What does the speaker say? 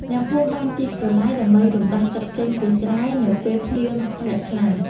អ្នកភូមិបានជីកប្រឡាយដើម្បីរំដោះទឹកចេញពីស្រែនៅពេលភ្លៀងធ្លាក់ខ្លាំង។